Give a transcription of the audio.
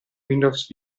windows